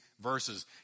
verses